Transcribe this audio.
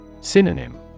Synonym